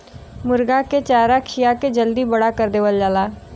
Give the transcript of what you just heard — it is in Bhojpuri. मुरगा के चारा खिया के जल्दी बड़ा कर देवल जाला